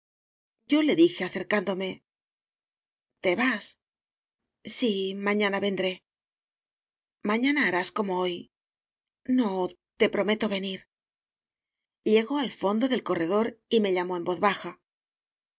yo le dije acercándome te vas sí mañana vendré mañana harás como hoy no te prometo venir llegó al fondo del corredor y me llamó en voz baja